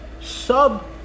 sub